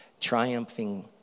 triumphing